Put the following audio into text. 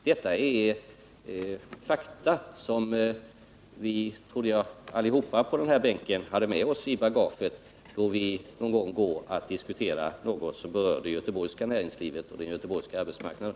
Detta är fakta som jag trodde att vi alla på den här bänken hade med oss i bagaget de gånger vi går att diskutera något som berör det göteborgska näringslivet och den göteborgska arbetsmarknaden.